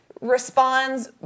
responds